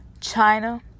China